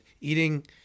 eating